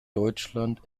deutschland